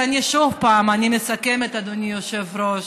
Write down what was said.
אז אני עוד פעם, אני מסכמת, אדוני היושב-ראש.